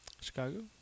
Chicago